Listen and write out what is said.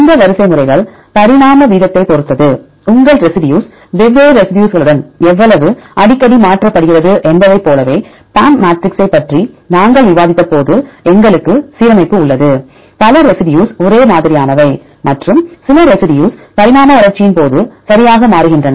இந்த வரிசைமுறைகள் பரிணாம வீதத்தைப் பொறுத்தது உங்கள் ரெசிடியூஸ் வெவ்வேறு ரெசிடியூஸ்களுடன் எவ்வளவு அடிக்கடி மாற்றப்படுகிறது என்பதைப் போலவே PAM மேட்ரிக்ஸைப் பற்றி நாங்கள் விவாதித்தபோது எங்களுக்கு சீரமைப்பு உள்ளது பல ரெசிடியூஸ் ஒரே மாதிரியானவை மற்றும் சில ரெசிடியூஸ் பரிணாம வளர்ச்சியின் போது சரியாக மாறுகின்றன